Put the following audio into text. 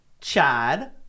Chad